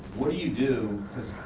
what do you do?